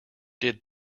did